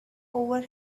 over